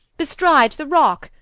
bestride the rock,